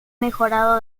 mejorado